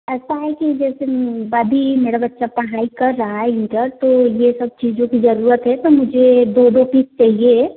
ऐसा है कि जैसे दादी मेरा बच्चा पढ़ाई कर रहा है इंटर तो यह सब चीज़ों की ज़रूरत है तो मुझे दो दो पीस चाहिए